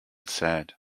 sad